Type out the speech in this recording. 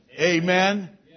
Amen